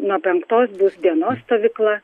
nuo penktos bus dienos stovykla